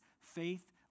faith